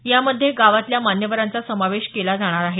यामध्ये गावातल्या मान्यवरांचा समावेश केला जाणार आहे